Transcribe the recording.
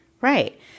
Right